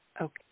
Okay